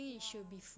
ya